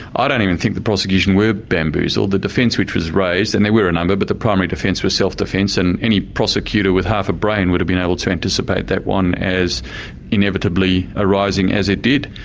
ah don't even think the prosecution were bamboozled the defence which was raised, and there were a number, but the primary defence was self-defence and any prosecutor with half a brain would have been able to anticipate that one as inevitably arising as it did.